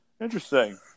interesting